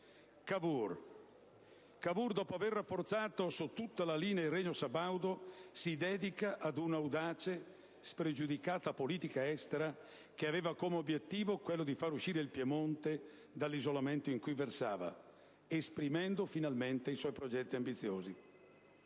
Cavour, dopo aver rafforzato su tutta la linea il Regno sabaudo, si dedicò ad un'audace, spregiudicata politica estera che aveva come obiettivo quello di far uscire il Piemonte dall'isolamento in cui versava, esprimendo finalmente i suoi ambiziosi